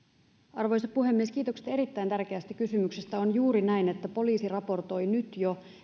arvoisa puhemies kiitokset erittäin tärkeästä kysymyksestä on juuri näin että poliisi raportoi nyt jo